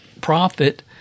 profit